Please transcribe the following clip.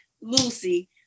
Lucy